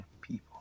people